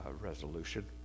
Resolution